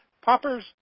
poppers